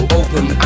open